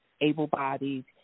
able-bodied